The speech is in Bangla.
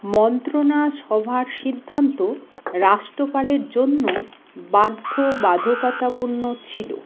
মন্ত্রনা সভার সিদ্ধান্ত রাষ্ট্রপালের জন্য বাধ্য বাধকতাপূর্ণ ছিলো